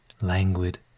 languid